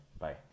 bye